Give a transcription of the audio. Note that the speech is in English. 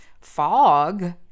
fog